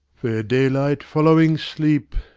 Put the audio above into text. fair daylight following sleep,